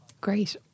Great